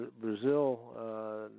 Brazil